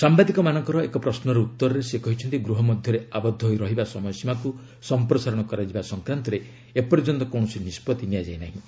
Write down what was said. ସାୟାଦିକମାନଙ୍କର ଏକ ପ୍ରଶ୍ନର ଉତ୍ତରରେ ସେ କହିଛନ୍ତି ଗୃହ ମଧ୍ୟରେ ଆବଦ୍ଧ ହୋଇ ରହିବା ସମୟସୀମାକୁ ସମ୍ପ୍ରସାରଣ କରାଯିବା ସଂକ୍ରାନ୍ତରେ ଏ ପର୍ଯ୍ୟନ୍ତ କୌଣସି ନିଷ୍ପଭି ନିଆଯାଇ ନାହିଁ